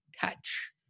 touch